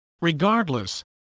Regardless